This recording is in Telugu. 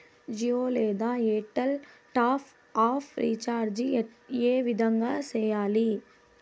జియో లేదా ఎయిర్టెల్ టాప్ అప్ రీచార్జి ఏ విధంగా సేయాలి